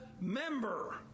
member